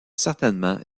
certainement